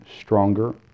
stronger